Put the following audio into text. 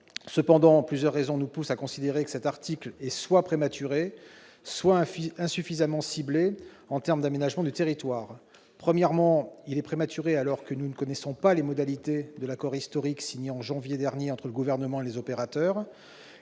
Cependant, plusieurs raisons nous poussent à considérer que cet article est, soit prématuré, soit insuffisamment ciblé en termes d'aménagement du territoire. Premièrement, cet article est prématuré, car nous ne connaissons pas les modalités de l'accord historique signé en janvier dernier entre le Gouvernement et les opérateurs